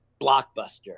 blockbuster